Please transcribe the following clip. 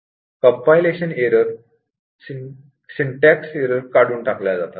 compilation errors syntax errors काढून टाकल्या जातात